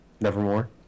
Nevermore